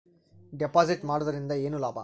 Deposit ಮಾಡುದರಿಂದ ಏನು ಲಾಭ?